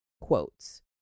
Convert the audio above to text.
quotes